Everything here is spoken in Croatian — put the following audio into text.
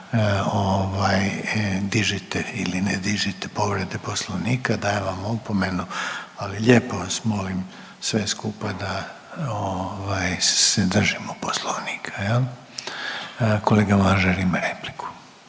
dižite ili ne dižite povrede poslovnika. Dajem vam opomenu. Ali lijepo vas molim sve skupa da se držimo poslovnika jel. Kolega Mažar ima repliku.